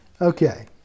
Okay